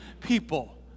people